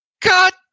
Cut